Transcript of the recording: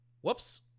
whoops